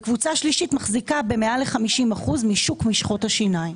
וקבוצה שלישית מחזיקה במעל ל-50% משוק משחות השיניים.